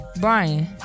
Brian